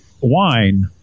wine